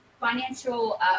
financial